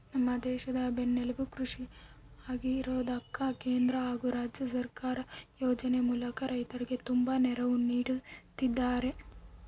ನಮ್ಮ ದೇಶದ ಬೆನ್ನೆಲುಬು ಕೃಷಿ ಆಗಿರೋದ್ಕ ಕೇಂದ್ರ ಹಾಗು ರಾಜ್ಯ ಸರ್ಕಾರ ಯೋಜನೆ ಮೂಲಕ ರೈತರಿಗೆ ತುಂಬಾ ನೆರವು ನೀಡುತ್ತಿದ್ದಾರೆ